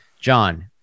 john